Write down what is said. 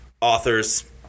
authors